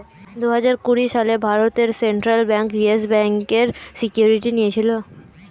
দুহাজার কুড়ি সালে ভারতের সেন্ট্রাল ব্যাঙ্ক ইয়েস ব্যাঙ্কের সিকিউরিটি নিয়েছিল